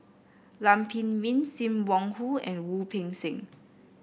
Lam Pin Min Sim Wong Hoo and Wu Peng Seng